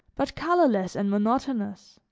but colorless and monotonous.